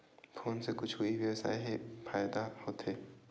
Phone से कुछु ई व्यवसाय हे फ़ायदा होथे?